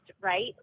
right